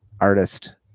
artist